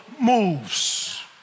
moves